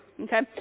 Okay